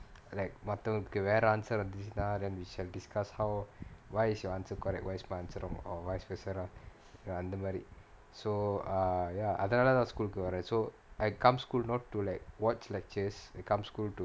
like மத்தவங்களுக்கு வேற:mathavangalukku vera answer வந்துச்சுனா:vanthuchunaa then we shall discuss how why is your answer correct why is my answer wrong or vice versa அந்த மாரி:antha maari so uh ya uh அதனாலதான்:athanaalathaan school கு வரேன்:ku varaen so I come school not to like watch lectures it come school